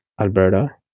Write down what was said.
Alberta